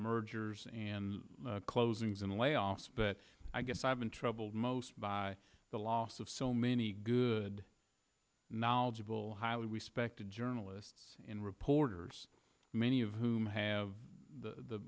mergers and closings and layoffs but i guess i've been troubled most by the loss of so many good knowledgeable highly respected journalists and reporters many of whom have the